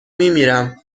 میمیرم